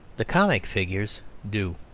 the comic figures do.